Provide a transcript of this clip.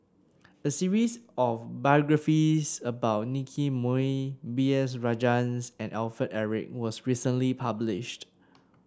a series of biographies about Nicky Moey B S Rajhans and Alfred Eric was recently published